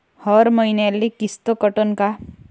हर मईन्याले किस्त कटन का?